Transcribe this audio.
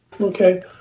okay